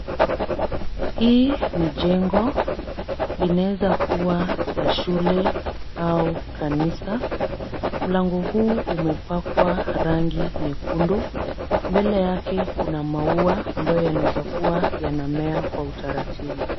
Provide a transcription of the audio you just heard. Hii ni jengo, linaweza kuwa la shule au kanisa, mlango huu umepakwa rangi nyekundu, mbele yake kuna maua ambayo yanaweza kuwa yanamea kwa utaratibu.